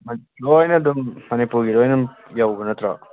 ꯂꯣꯏꯅ ꯑꯗꯨꯝ ꯃꯅꯤꯄꯨꯔꯒꯤ ꯂꯣꯏꯅ ꯑꯗꯨꯝ ꯌꯧꯕ ꯅꯠꯇ꯭ꯔꯣ